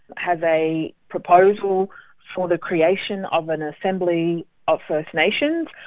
has a proposal for the creation of an assembly of first nations,